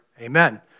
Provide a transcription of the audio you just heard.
Amen